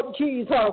Jesus